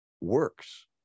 works